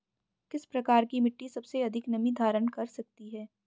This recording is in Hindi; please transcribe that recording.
किस प्रकार की मिट्टी सबसे अधिक नमी धारण कर सकती है?